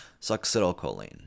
Succinylcholine